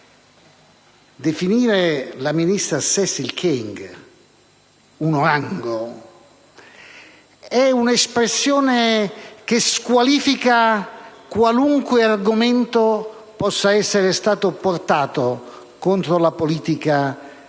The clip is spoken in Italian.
Definire la ministra Cécile Kyenge "un orango" è un'espressione che squalifica qualunque argomento possa essere stato portato contro la politica di